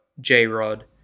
J-Rod